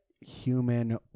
human